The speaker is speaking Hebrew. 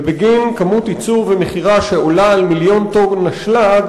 ובגין כמות ייצור ומכירה שעולה על מיליון טונות אשלג